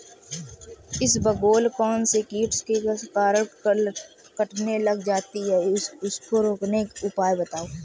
इसबगोल कौनसे कीट के कारण कटने लग जाती है उसको रोकने के उपाय बताओ?